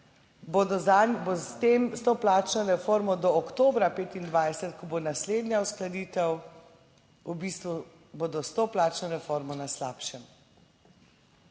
s tem, s to plačno reformo do oktobra 2025, ko bo naslednja uskladitev, v bistvu bodo s to plačno reformo na slabšem.